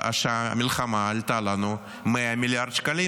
שהמלחמה עלתה לנו 100 מיליארד שקלים